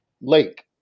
Lake